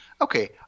okay